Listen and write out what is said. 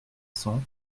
cents